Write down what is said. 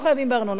לא חייבים בארנונה,